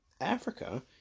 Africa